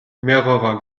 mehrerer